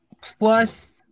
Plus